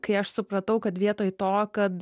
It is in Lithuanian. kai aš supratau kad vietoj to kad